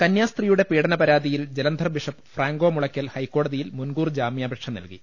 കന്യാസ്ത്രീയുടെ പീഡനപരാതിയിൽ Jalandhar bishop Franco Mulakkal ഹൈക്കോടതിയിൽ മുൻകൂർ ജാമ്യാ പേക്ഷ നൽകി